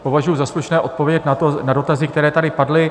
Považuji za slušné odpovědět na dotazy, které tady padly.